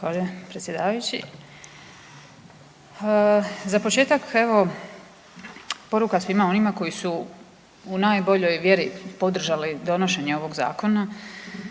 Zahvaljujem predsjedavajući. Za početak evo poruka svima onima koji su u najboljoj vjeri podržali donošenje ovog Zakona